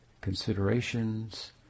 considerations